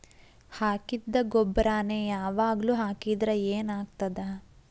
ಹಾಕಿದ್ದ ಗೊಬ್ಬರಾನೆ ಯಾವಾಗ್ಲೂ ಹಾಕಿದ್ರ ಏನ್ ಆಗ್ತದ?